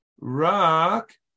Rock